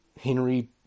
Henry